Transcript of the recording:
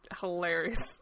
hilarious